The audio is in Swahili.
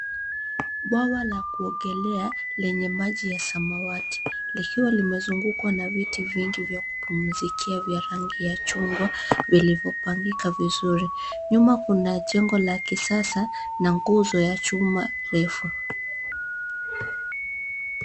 Bwawa la kuogelea lenye maji ya samawati likiwa limezungukwa na viti vingi vya kupumzikia vya rangi ya chungwa vilivyopangika vizuri. Nyuma kuna jengo la kisasa na nguzo ya chuma refu.